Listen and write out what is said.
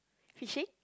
is she